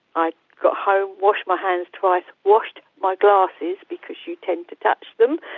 i got home, washed my hands twice, washed my glasses because you tend to touch them.